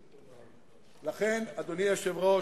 לכן, אדוני היושב-ראש,